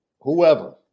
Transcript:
Whoever